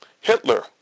Hitler